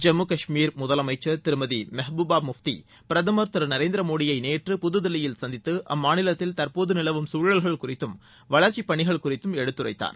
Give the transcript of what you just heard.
ஜம்மு காஷ்மீர் முதலமைச்சர் திருமதி மெஹ்பூபா முஃப்தி பிரதமர் திரு நரேந்திர மோடியை நேற்று புதுதில்லியில் சந்தித்து அம்மாநிலத்தில் தற்போது நிலவும் சூழல்கள் குறித்தும் வளர்ச்சிப் பணிகள் குறித்தும் எடுத்துரைத்தார்